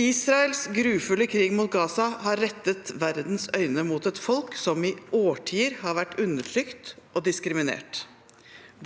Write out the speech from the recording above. «Israels grufulle krig mot Gaza har rettet verdens øyne mot et folk som i årtier har vært undertrykt og diskriminert.